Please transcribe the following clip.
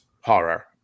horror